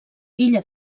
illa